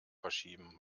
verschieben